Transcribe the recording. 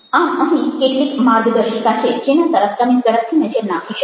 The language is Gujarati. આમ અહીં કેટલીક માર્ગદર્શિકા છે જેના તરફ તમે ઝડપથી નજર નાખી શકો